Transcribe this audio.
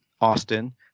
Austin